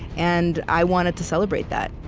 and i wanted to celebrate that.